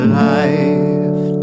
life